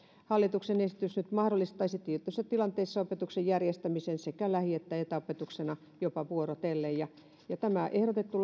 hallituksen esitys mahdollistaisi nyt tietyissä tilanteissa opetuksen järjestämisen sekä lähi että etäopetuksena jopa vuorotellen tämä ehdotettu